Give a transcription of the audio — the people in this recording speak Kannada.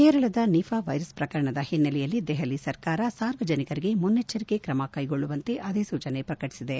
ಕೇರಳದ ನಿಘಾ ವೈರಸ್ ಪ್ರಕರಣದ ಹಿನ್ನೆಲೆಯಲ್ಲಿ ದೆಹಲಿ ಸರ್ಕಾರ ಸಾರ್ವಜನಿಕರಿಗೆ ಮುನ್ನೆಚ್ಚರಿಕೆ ಕ್ರಮ ಕ್ಲೆಗೊಳ್ಳುವಂತೆ ಅಧಿಸೂಚನೆ ಪ್ರಕಟಿಸಿದೆ